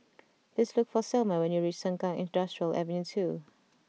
please look for Selma when you reach Sengkang Industrial Ave two